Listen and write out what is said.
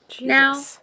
now